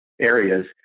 areas